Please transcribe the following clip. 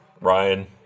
Ryan